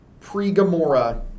pre-Gamora